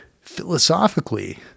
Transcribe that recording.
philosophically